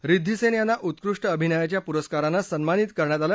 रिद्वी सेन यांना उत्कृष्ट अभिनयाच्या पुरस्कारानं सन्मानित करण्यात आलं